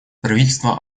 правительство